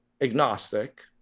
agnostic